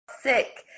sick